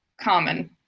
common